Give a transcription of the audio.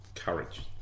Courage